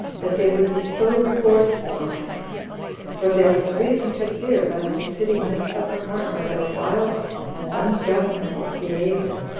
that they would bestow rewards upon them for there was reason to fear lest the city might suffer harm by their wild and ungovernable behavior,